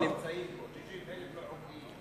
יש 60,000 לא חוקיים,